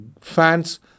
fans